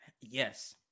Yes